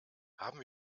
haben